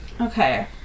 Okay